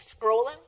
scrolling